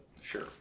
sure